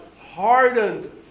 hardened